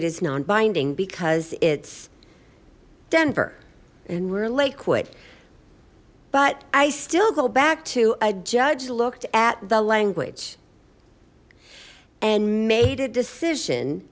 is non binding because it's denver and we're lakewood but i still go back to a judge looked at the language and made a decision